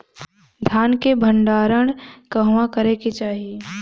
धान के भण्डारण कहवा करे के चाही?